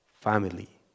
family